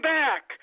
back